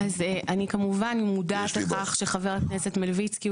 אני כמובן מודעת לכך שחבר הכנסת מלביצקי הוא